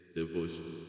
devotion